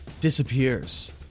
disappears